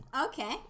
Okay